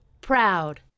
proud